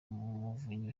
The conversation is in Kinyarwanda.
umuvunyi